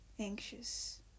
Anxious